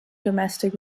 domestic